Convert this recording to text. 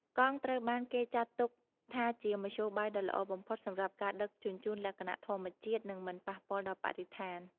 កង់ត្រូវបានគេចាត់ទុកថាជាមធ្យោបាយដ៏ល្អបំផុតសម្រាប់ការដឹកជញ្ជូនលក្ខណៈធម្មជាតិ និងមិនប៉ះពាល់ដល់បរិស្ថាន។